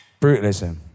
brutalism